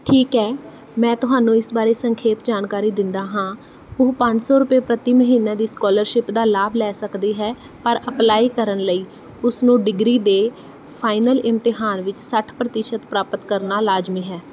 ਠੀਕ ਹੈ ਮੈਂ ਤੁਹਾਨੂੰ ਇਸ ਬਾਰੇ ਸੰਖੇਪ ਜਾਣਕਾਰੀ ਦਿੰਦਾ ਹਾਂ ਉਹ ਪੰਜ ਸੌ ਰੁਪਏ ਪ੍ਰਤੀ ਮਹੀਨਾ ਦੀ ਸਕੋਲਰਸ਼ਿਪ ਦਾ ਲਾਭ ਲੈ ਸਕਦੀ ਹੈ ਪਰ ਅਪਲਾਈ ਕਰਨ ਲਈ ਉਸਨੂੰ ਡਿਗਰੀ ਦੇ ਫਾਈਨਲ ਇਮਤਿਹਾਨ ਵਿੱਚ ਸੱਠ ਪ੍ਰਤੀਸ਼ਤ ਪ੍ਰਾਪਤ ਕਰਨਾ ਲਾਜ਼ਮੀ ਹੈ